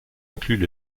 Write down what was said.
incluent